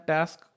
Task